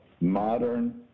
modern